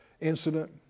incident